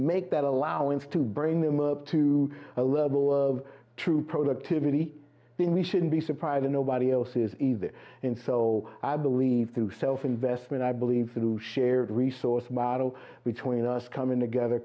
make that allowance to bring them up to a level of true productivity when we shouldn't be surprised nobody else has either and so i believe through self investment i believe through shared resource model between us coming together